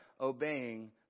obeying